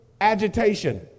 agitation